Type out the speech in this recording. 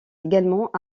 également